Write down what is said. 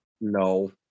No